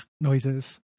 noises